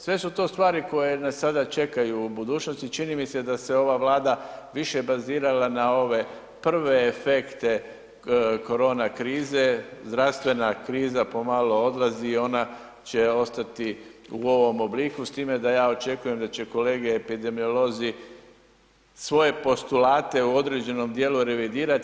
Sve su to stvari koje nas sada čekaju u budućnosti, čini mi se da se ova Vlada više bazirala na ove prve efekte korona krize, zdravstvena kriza pomalo odlazi i ona će ostati u ovom obliku s time da ja očekujem da će kolege epidemiolozi svoje postulate u određenom dijelu revidirati.